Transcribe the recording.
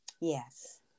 Yes